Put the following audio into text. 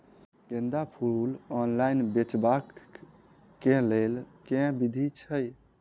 गेंदा फूल ऑनलाइन बेचबाक केँ लेल केँ विधि छैय?